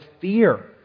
fear